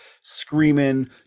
screaming